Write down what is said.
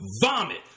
vomit